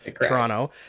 Toronto